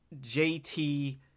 JT